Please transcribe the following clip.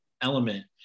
element